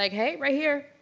like hey, right here.